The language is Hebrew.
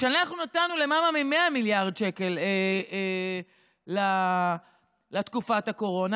כשאנחנו נתנו למעלה מ-100 מיליארד שקל לתקופת הקורונה,